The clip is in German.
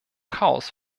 chaos